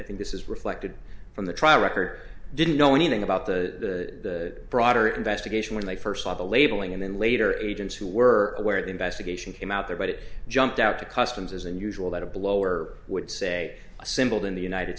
think this is reflected from the trial record didn't know anything about the broader investigation when they first saw the labeling and then later agents who were aware of the investigation came out there but it jumped out to customs as unusual that a blower would say assembled in the united